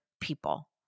people